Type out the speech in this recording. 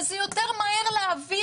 וזה יותר מהר להעביר,